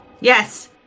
yes